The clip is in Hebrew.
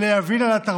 אלא על התרבות,